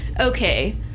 okay